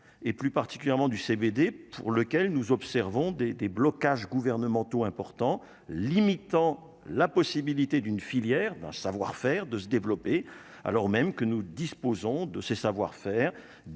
et plus particulièrement du CBD pour lequel nous observons des des blocages gouvernementaux importants limitant la possibilité d'une filière d'un savoir-faire, de se développer, alors même que nous disposons de ses savoir-faire,